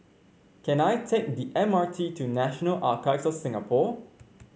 can I take the M R T to National of Singapore